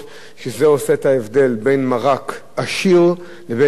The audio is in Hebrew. שאצלן זה עושה את ההבדל בין מרק עשיר לבין מרק דל.